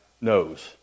knows